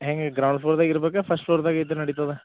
ಹೆಂಗೆ ಗ್ರೌಂಡ್ ಫ್ಲೋರ್ದಾಗ್ ಇರ್ಬೇಕು ಫಸ್ಟ್ ಫ್ಲೋರ್ದಾಗೆ ಇದ್ರ ನಡಿತದ